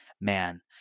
man